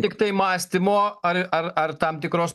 tiktai mąstymo ar ar ar tam tikros